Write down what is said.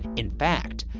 in fact,